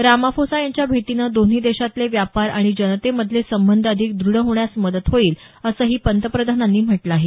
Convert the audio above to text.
Ramaphosa यांच्या भेटीनं दोन्ही देशातले व्यापार आणि जनतेमधले संबंध अधिक दृढ होण्यास मदत होईल असंही पंतप्रधानांनी म्हटलं आहे